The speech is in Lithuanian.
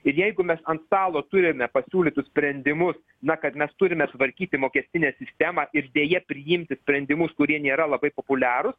ir jeigu mes ant stalo turime pasiūlytus sprendimus na kad mes turime tvarkyti mokestinę sistemą ir deja priimti sprendimus kurie nėra labai populiarūs